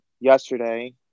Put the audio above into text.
yesterday